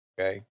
Okay